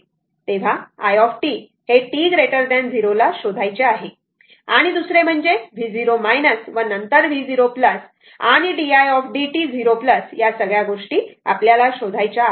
तेव्हा it हे t 0 ला शोधायचे आहे आणि दुसरे म्हणजे v0 व नंतर v0 आणि didt 0 या सगळ्या गोष्टी आपल्याला शोधायच्या आहेत